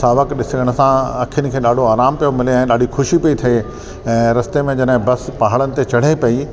सावक ॾिसण सां अखियुन खे ॾाढो आरामु पियो मिले ऐं ॾाढी खुशी पई थिए ऐं रस्ते में जॾहिं बस पहाड़नि ते चढ़े पई